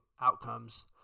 outcomes